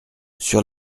sur